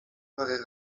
parę